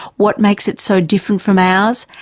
what makes it so different from ours,